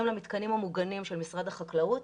למתקנים המוגנים של משרד החקלאות,